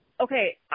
okay